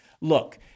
look